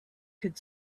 could